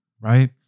right